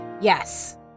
Yes